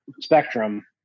spectrum